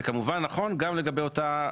זה כמובן נכון גם לגבי אותה,